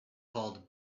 called